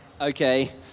Okay